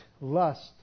lust